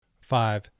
Five